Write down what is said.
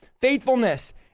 Faithfulness